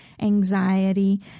anxiety